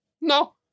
No